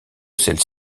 celles